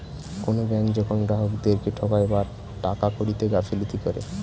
কোনো ব্যাঙ্ক যখন গ্রাহকদেরকে ঠকায় বা টাকা কড়িতে গাফিলতি করে